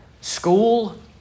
school